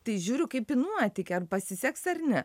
tai žiūriu kaip į nuotykį ar pasiseks ar ne